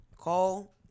call